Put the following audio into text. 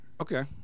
Okay